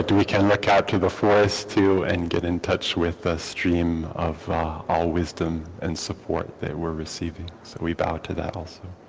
we can look out to the forest too and get in touch with a stream of all wisdom and support that we're receiving. so we bow to that also.